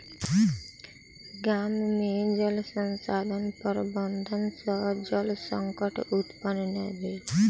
गाम में जल संसाधन प्रबंधन सॅ जल संकट उत्पन्न नै भेल